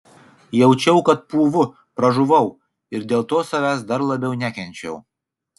jaučiau kad pūvu pražuvau ir dėl to savęs dar labiau nekenčiau